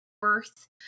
birth